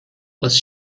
was